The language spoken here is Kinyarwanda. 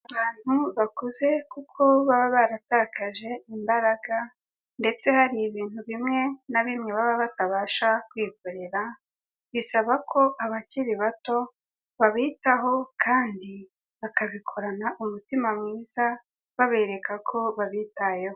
Abantu bakuze kuko baba baratakaje imbaraga ndetse hari ibintu bimwe na bimwe baba batabasha kwikorera, bisaba ko abakiri bato babitaho kandi bakabikorana umutima mwiza babereka ko babitayeho.